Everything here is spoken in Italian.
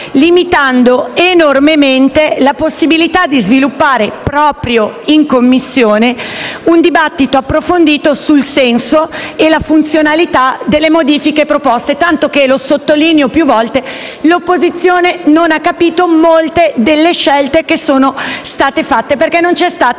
limitando enormemente la possibilità di sviluppare proprio in Commissione un dibattito approfondito sul senso e la funzionalità delle modifiche proposte. Tanto che - lo sottolineo più volte - l'opposizione non ha capito molte delle scelte che sono state fatte, perché non c'è stata